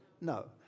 No